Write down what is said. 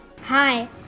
Hi